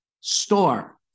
store